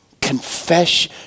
Confess